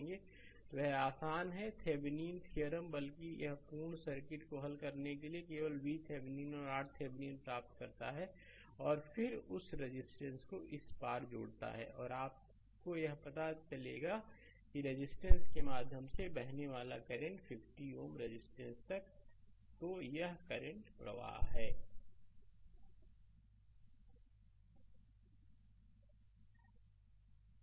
Glossaryशब्दकोश English Word Word Meaning Lecture lecture व्याख्यान single phase single phase एक कलीय 3 phase AC circuit 3 phase AC circuit त्रिकलीय AC परिपथ connect connect जोड़ना common node common node उभयनिष्ठ node substitute substitute प्रतिस्थापित additivity property additivity property योजगता के गुण linear element लीनियर एलिमेंट रैखिक तत्व electrical element इलेक्ट्रिकल एलिमेंट वैद्युत तत्व dependent source डिपेंडेंट सोर्स आश्रित resistor रजिस्टर प्रतिरोध consume कंज्यूम खपाना value वैल्यू मान breaking ब्रेकिंग तोड़ना parallel पैरलल समानांतर apply अप्लाई लागू solution सॉल्यूशन समाधान parallel circuit divided parallel circuit divided समानांतर परिपथ विभाजन